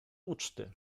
uczty